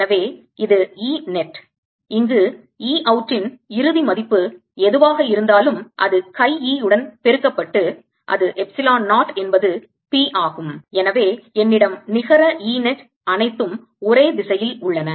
எனவே இது E net இங்கு E out இன் இறுதி மதிப்பு எதுவாக இருந்தாலும் அது chi e உடன் பெருக்கப்பட்டு அது எப்சிலான் 0 என்பது P ஆகும் எனவே என்னிடம் நிகர E net அனைத்தும் ஒரே திசையில் உள்ளன